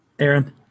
Aaron